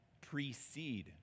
precede